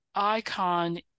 icon